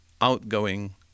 outgoing